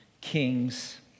kings